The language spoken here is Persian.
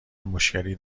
مشکلی